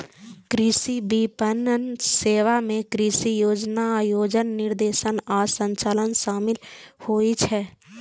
कृषि विपणन सेवा मे कृषि योजना, आयोजन, निर्देशन आ संचालन शामिल होइ छै